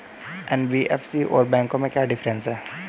NBFC और बैंकों में क्या डिफरेंस है?